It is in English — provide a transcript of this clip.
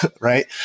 right